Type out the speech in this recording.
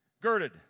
girded